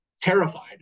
terrified